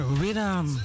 rhythm